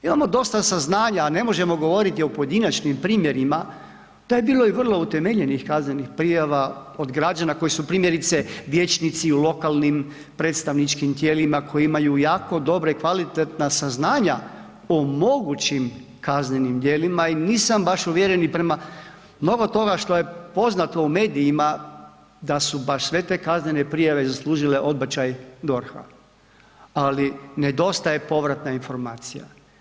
Imamo dosta saznanja, a ne možemo govoriti o pojedinačnim primjerima, tu je bilo i vrlo utemeljenih kaznenih prijava od građana koji su primjerice vijećnici u lokalnim predstavničkim tijelima, koji imaju jako dobra i kvalitetna saznanja o mogućim kaznenim dijelima i nisam baš uvjereni prema mnogo toga što je poznato u medijima da su baš sve te kaznene prijave zaslužile odbačaj DORH-a, ali nedostaje povratna informacija.